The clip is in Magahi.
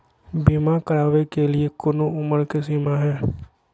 बीमा करावे के लिए कोनो उमर के सीमा है?